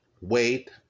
wait